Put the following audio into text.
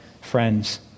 friends